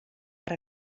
per